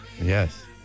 Yes